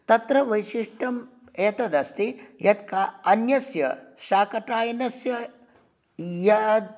तत्र वैशिष्ट्यं एतद् अस्ति यत् का अन्यस्य शाकटायनस्य या